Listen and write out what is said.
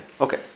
Okay